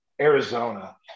Arizona